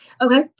Okay